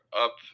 up